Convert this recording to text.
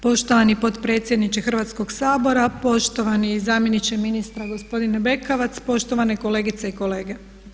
Poštovani potpredsjedniče Hrvatskoga sabora, poštovani zamjeniče ministra gospodine Bekavac, poštovane kolegice i kolege.